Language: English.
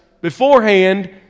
beforehand